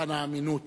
במבחן האמינות.